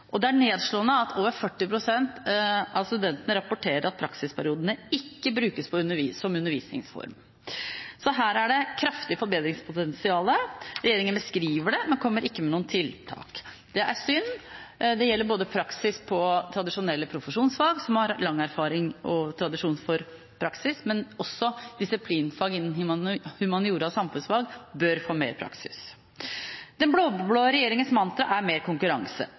blir. Det er nedslående at over 40 pst. av studentene rapporterer at praksisperiodene ikke brukes som undervisningsform, så her er det et kraftig forbedringspotensial. Regjeringen beskriver det, men kommer ikke med noen tiltak. Det er synd. Det gjelder praksis både i tradisjonelle profesjonsfag, som har lang erfaring og tradisjon for praksis, og i disiplinfag innen humaniora og samfunnsfag, som bør få mer praksis. Den blå-blå regjeringens mantra er mer konkurranse.